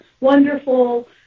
wonderful